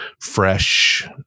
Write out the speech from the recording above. fresh